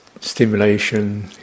stimulation